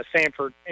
Sanford